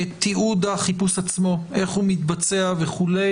תיעוד החיפוש עצמו, איך הוא מתבצע וכו'.